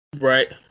right